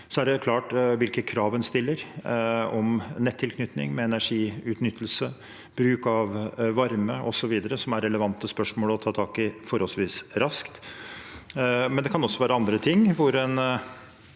er det klart at hvilke krav en stiller om nettilknytning, om energiutnyttelse, om bruk av varme osv., er relevante spørsmål å ta tak i forholdsvis raskt. Det kan også være andre ting,